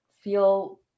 feel